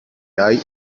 hay